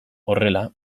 horrela